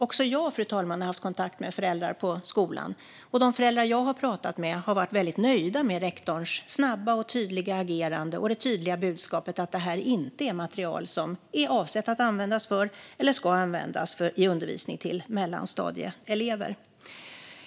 Också jag, fru talman, har haft kontakt med föräldrar på skolan. Och de föräldrar som jag har pratat med har varit väldigt nöjda med rektorns snabba och tydliga agerande och det tydliga budskapet att det här inte är ett material som är avsett för eller ska användas i undervisning till mellanstadieelever.